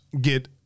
get